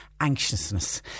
anxiousness